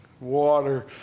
Water